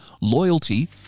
loyalty